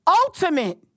ultimate